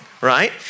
right